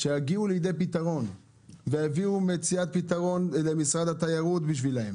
שיביאו למציאת פתרון על ידי משרד התיירות בשבילם.